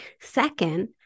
Second